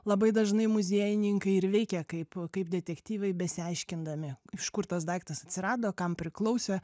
labai dažnai muziejininkai ir veikia kaip kaip detektyvai besiaiškindami iš kur tas daiktas atsirado kam priklausė